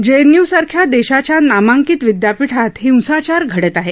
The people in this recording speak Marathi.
जेएनयूसारख्या देशाच्या नामांकित विद्यापीठात हिंसाचार घडत आहे